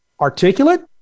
articulate